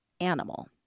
animal